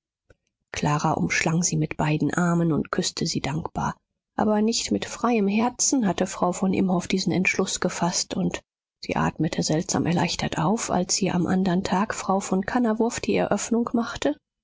clara umschlang sie mit beiden armen und küßte sie dankbar aber nicht mit freiem herzen hatte frau von imhoff diesen entschluß gefaßt und sie atmete seltsam erleichtert auf als ihr am andern tag frau von kannawurf die eröffnung machte